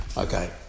Okay